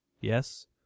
Yes